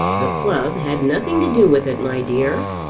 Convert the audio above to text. the club had nothing to do with it, my dear.